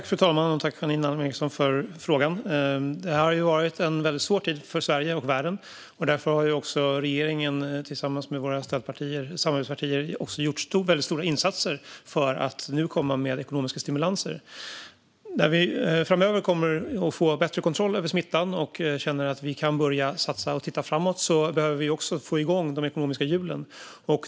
Fru talman! Tack, Janine Alm Ericson, för frågan! Det här har varit en svår tid för Sverige och världen, och därför har också regeringen tillsammans med våra samarbetspartier gjort stora insatser för att nu kunna komma med ekonomiska stimulanser. När vi framöver kommer att få bättre kontroll över smittan och känner att vi kan börja satsa och titta framåt behöver vi också få igång de ekonomiska hjulen.